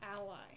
ally